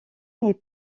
est